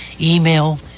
Email